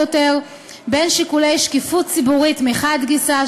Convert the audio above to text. יותר בין שיקולי שקיפות ציבורית מחד גיסא,